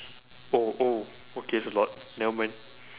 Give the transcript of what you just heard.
oh oh okay it's a lot never mind